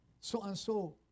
so-and-so